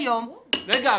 המודל --- רגע,